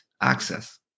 access